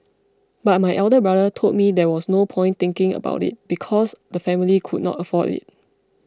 but my elder brother told me there was no point thinking about it because the family could not afford it